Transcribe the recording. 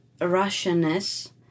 Russianess